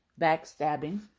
Backstabbing